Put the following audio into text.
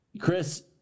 Chris